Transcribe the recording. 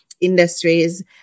industries